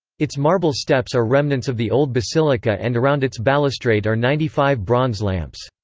its marble steps are remnants of the old basilica and around its balustrade are ninety five bronze lamps.